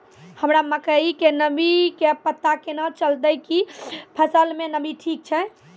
हमरा मकई के नमी के पता केना चलतै कि फसल मे नमी ठीक छै?